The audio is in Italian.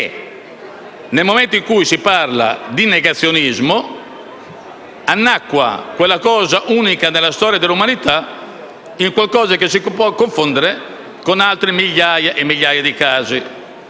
e, nel momento in cui si parla di negazionismo, annacqua quella cosa, unica nella storia dell'umanità, facendola confondere con migliaia e migliaia di casi.